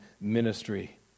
ministry